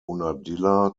unadilla